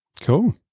cool